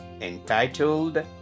entitled